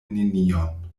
nenion